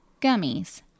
gummies